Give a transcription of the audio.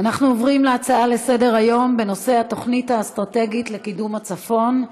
אנחנו עוברים להצעות לסדר-היום בנושא: התוכנית האסטרטגית לקידום הצפון,